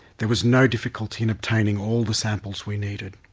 there was no difficulty in obtaining all the samples we needed.